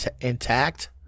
intact